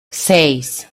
seis